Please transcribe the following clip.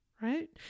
right